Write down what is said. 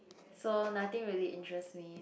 so nothing really interest me